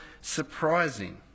surprising